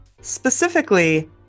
Specifically